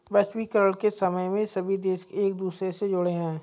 वैश्वीकरण के समय में सभी देश एक दूसरे से जुड़े है